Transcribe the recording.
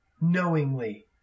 knowingly